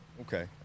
Okay